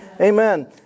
Amen